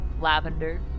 lavender